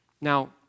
Now